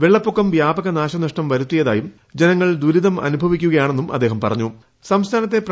വെള്ളപ്പൊക്കം വ്യാപക നാശനഷ്ടം വരുത്തിയതായും ജനങ്ങൾ ദൂരിത അനുഭവിക്കുകയാണെന്നും അദ്ദേഹം സംസ്ഥാനത്തെ പ്പറഞ്ഞു